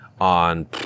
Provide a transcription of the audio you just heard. on